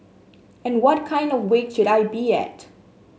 and what kind of weight should I be at